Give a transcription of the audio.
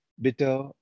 bitter